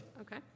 Okay